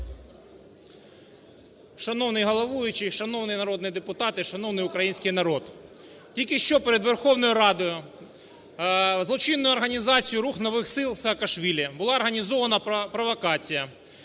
Шановний головуючий, шановні народні депутати! Шановний український народ! Тільки що перед Верховною Радою злочинною організацією "Рух нових сил" Саакашвілі була організована провокація.